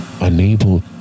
unable